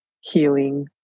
healing